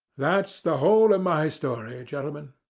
that's the whole of my story, gentlemen.